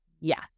Yes